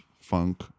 funk